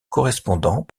correspondants